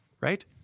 right